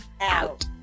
out